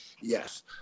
yes